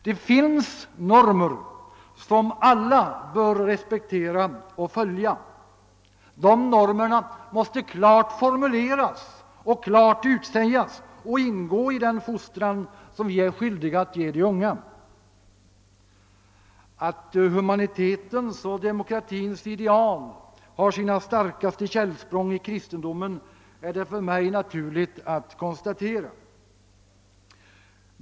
Det finns vissa normer som alla bör respektera och följa, och de normerna måste klart formuleras och klart utsägas samt ingå i den fostran som vi är skyldiga att ge de unga. Att humanitetens och demokratins ideal har sina starkaste källsprång i kristendomen är det för mig naturligt att konstatera.